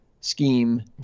Scheme